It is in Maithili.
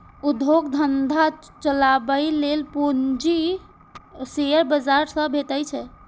उद्योग धंधा चलाबै लेल पूंजी शेयर बाजार सं भेटै छै